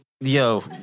Yo